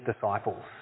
disciples